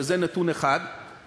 שזה נתון אחד,